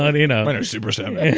ah you know and are super salmon